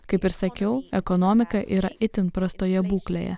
kaip ir sakiau ekonomika yra itin prastoje būklėje